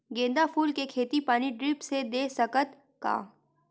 गेंदा फूल के खेती पानी ड्रिप से दे सकथ का?